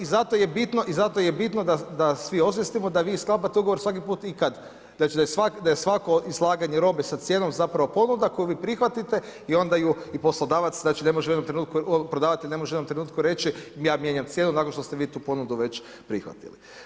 I zato je bitno da svi osvijestimo da vi sklapate ugovor svaki put i kad, znači da je svako izlaganje robe sa cijenom zapravo ponuda koju vi prihvatite i onda ju i poslodavac znači ne može u jednom trenutku prodavati jer ne može u jednom trenutku reći ja mijenjam cijenu nakon što ste vi tu ponudu već prihvatili.